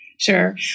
Sure